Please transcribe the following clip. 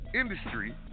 industry